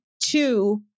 two